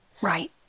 Right